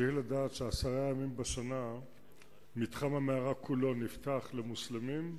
צריך לדעת שעשרה ימים בשנה מתחם המערה כולו נפתח למוסלמים,